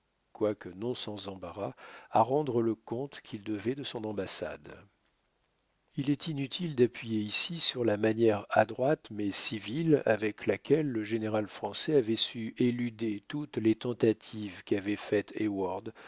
quoique non sans embarras à rendre le compte qu'il devait de son ambassade il est inutile d'appuyer ici sur la manière adroite mais civile avec laquelle le général français avait su éluder toutes les tentatives qu'avait faites